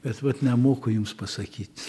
bet vat nemoku jums pasakyt